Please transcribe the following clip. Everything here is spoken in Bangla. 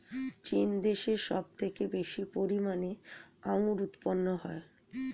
চীন দেশে সব থেকে বেশি পরিমাণে আঙ্গুর উৎপন্ন হয়